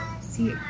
See